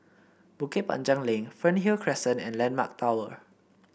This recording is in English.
Bukit Panjang Link Fernhill Crescent and landmark Tower